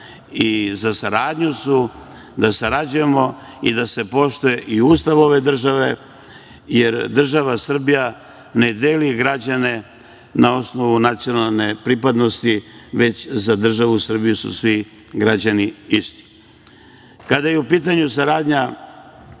nekada. Oni su za saradnju i da se poštuje Ustav ove države, jer država Srbija ne deli građane na osnovu nacionalne pripadnosti, već za državu Srbiju su svi građani isti. Kada je u pitanju saradnja